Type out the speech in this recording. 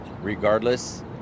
regardless